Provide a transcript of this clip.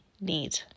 need